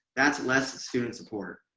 that's less student support.